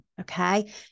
Okay